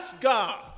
God